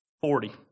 Forty